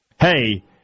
Hey